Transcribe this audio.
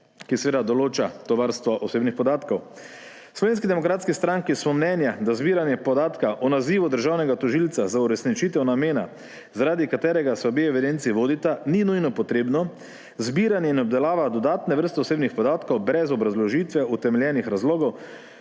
ki seveda določa to vrsto osebnih podatkov. V Slovenski demokratski stranki smo mnenja, da zbiranje podatka o nazivu državnega tožilca za uresničitev namena, zaradi katerega se obe evidenci vodita, ni nujno potrebno, zbiranje in obdelava dodatne vrste osebnih podatkov brez obrazložitve utemeljenih razlogov